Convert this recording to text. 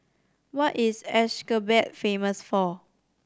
what is Ashgabat famous for